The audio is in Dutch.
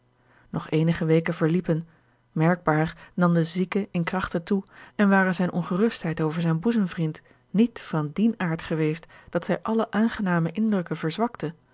nog eenige weken verliepen merkbaar nam de zieke in krachten toe en ware zijne ongerustheid over zijn boezemvriend niet van dien aard geweest dat zij alle aangename indrukken verzwakte